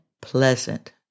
pleasant